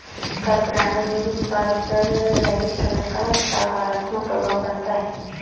कर प्रणालियों के विकास पर वैश्वीकरण का सकारात्मक प्रभाव पढ़ता है